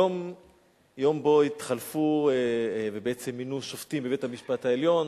היום יום שבו התחלפו ובעצם מינו שופטים בבית-המשפט העליון.